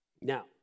Now